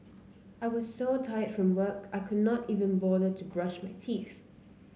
I was so tired from work I could not even bother to brush my teeth